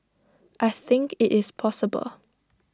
I think IT is possible